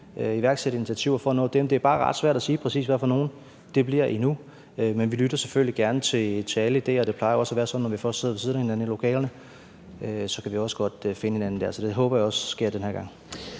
iværksætte initiativer for at nå dem. Det er bare ret svært at sige, præcis hvad for nogle det bliver, endnu. Men vi lytter selvfølgelig gerne til alle idéer, og det plejer også at være sådan, at når vi først sidder ved siden af hinanden i lokalerne, kan vi også godt finde hinanden der. Så det håber jeg også sker den her gang.